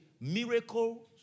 miracle